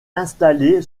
installée